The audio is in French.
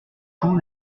coup